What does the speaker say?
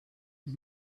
his